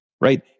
right